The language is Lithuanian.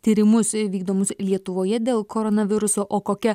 tyrimus vykdomus lietuvoje dėl koronaviruso o kokia